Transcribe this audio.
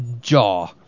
Jaw